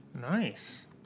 Nice